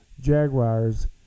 Jaguars